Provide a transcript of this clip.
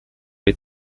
les